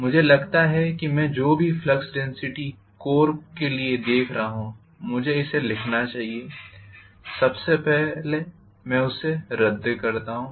मुझे लगता है कि मैं जो भी फ्लक्स डेन्सिटी कोर के लिए देख रहा हूँ मुझे इसे लिखना चाहिए सबसे पहले मैं उसे रद्द करता हूँ